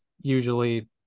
usually